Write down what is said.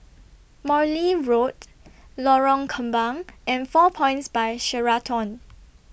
Morley Road Lorong Kembang and four Points By Sheraton